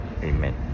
Amen